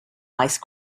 ice